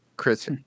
Chris